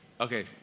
Okay